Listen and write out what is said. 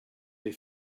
they